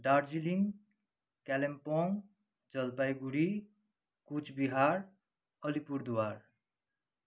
Darjeeling Kalimpong Jalpaiguri Cooch Behar Alipurduar